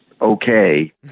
Okay